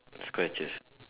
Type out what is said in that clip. scratches